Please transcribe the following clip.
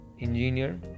engineer